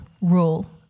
rule